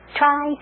try